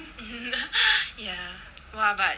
!wah! but